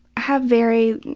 have very,